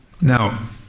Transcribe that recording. Now